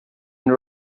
and